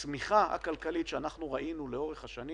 הצמיחה הכלכלית שאנחנו ראינו לאורך השנים,